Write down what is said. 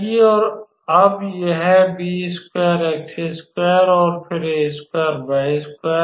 और अब यह और फिर है